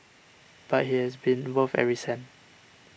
but it has been worth every cent